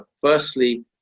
firstly